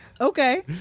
okay